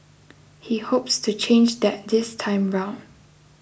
he hopes to change that this time round